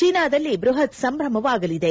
ಚೀನಾದಲ್ಲಿ ಬೃಹತ್ ಸಂಭಮವಾಗಿದೆ